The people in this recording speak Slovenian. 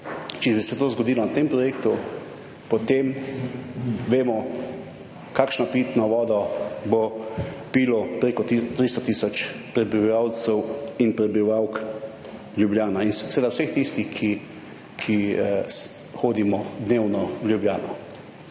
če bi se to zgodilo na tem projektu, potem vemo, kakšno pitno vodo bo pilo preko 300 tisoč prebivalcev in prebivalk Ljubljane in seveda vseh tistih, ki hodimo dnevno v Ljubljano.